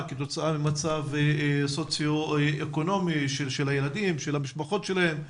כתוצאה ממצב סוציו אקונומי של הילדים ושל משפחות שלהם.